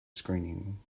screening